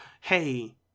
hey